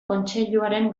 kontseiluaren